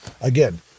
again